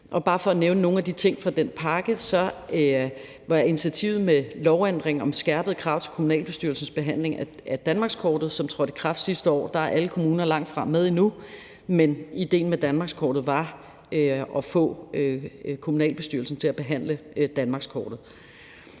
vil bare nævne nogle ting fra den pakke, f.eks. initiativet om lovændring om skærpet krav til kommunalbestyrelsens behandling af Danmarkskortet, som trådte i kraft sidste år. Der er alle kommuner langt fra med endnu, men idéen med Danmarkskortet var at få kommunalbestyrelsen til at behandle Danmarkskortet.